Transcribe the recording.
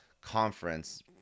conference